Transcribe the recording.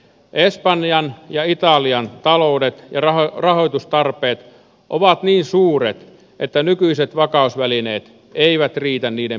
espanjan ja italian taloudet ja rahoitustarpeet ovat niin suuret että nykyiset vakausvälineet eivät riitä niiden pelastajiksi